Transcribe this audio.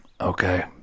Okay